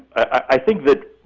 i think that